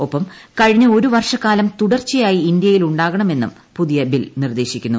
ഒപ്പം കഴിഞ്ഞ ഒരു വർഷക്കാലം തുടർച്ചയായി ഇന്ത്യയിൽ ഉണ്ടാകണമെന്നും പുതിയ ബിൽ നിർദ്ദേശിക്കുന്നു